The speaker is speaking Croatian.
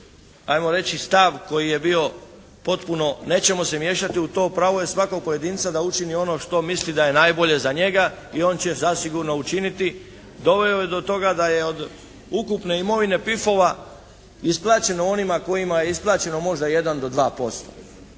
ajmo reći stav koji je bio potpuno nećemo se miješati u to pravo je svakog pojedinca da učini ono što misli da je najbolje za njega i on će zasigurno učiniti, doveo je do toga da je od ukupne imovine PIF-ova isplaćeno onima kojima je isplaćeno možda 1 do 2%.